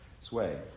sway